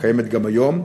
הקיימת גם היום,